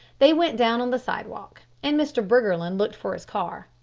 they went down on the sidewalk, and mr. briggerland looked for his car.